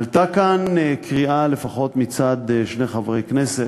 עלתה קריאה לפחות מצד שני חברי כנסת,